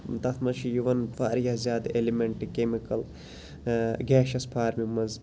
تَتھ مَنٛز چھِ یِوان واریاہ زیادٕ ایٚلِمنٹ کیٚمِکٕل گیشیَس فارمہِ منٛز